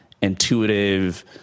intuitive